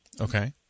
Okay